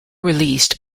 released